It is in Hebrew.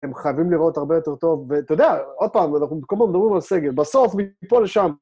הם חייבים לראות הרבה יותר טוב, ואתה יודע, עוד פעם, אנחנו כל הזמן מדברים על סגל, בסוף, מפה לשם.